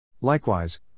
Likewise